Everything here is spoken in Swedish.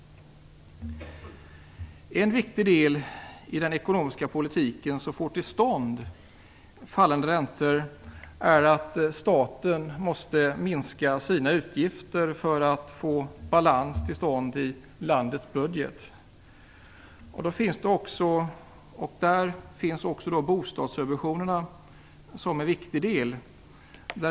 En viktig del i en ekonomisk politik som leder till fallande räntor är att staten måste minska sina utgifter för att få balans i landets budget. Där finns bostadssubventionerna som en viktig del.